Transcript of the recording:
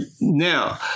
now